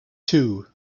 two